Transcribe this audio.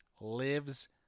lives